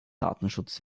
datenschutz